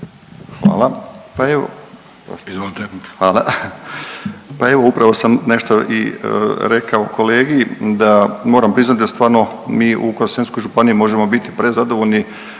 Hvala, pa evo upravo sam nešto i rekao kolegi da moram priznat da stvarno mi u Vukovarsko-srijemskoj županiji možemo biti prezadovoljni